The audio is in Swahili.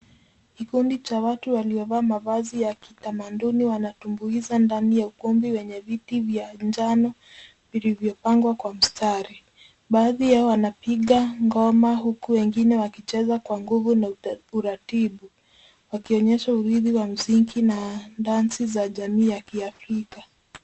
Kikundi cha watu waliovaa mavazi ya kitamaduni wanatumbuiza ndani ya ukumbi wenye viti vya njano vilivyopangwa kwa mstari. Baadhi wao wanapiga ngoma huku wengine wakicheza kwa nguvu na utaratibu wakionyesha uridhi wa msingi na dansi za jamii ya kiafrika.